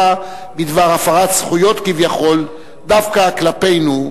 בדבר הפרת זכויות כביכול דווקא כלפינו,